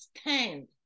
stand